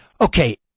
Okay